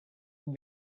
and